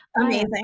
Amazing